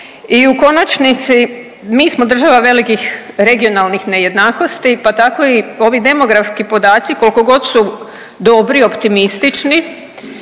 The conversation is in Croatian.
I u konačnici mi smo država velikih regionalnih nejednakosti pa tako i ovi demografski podaci koliko god su dobri, optimistični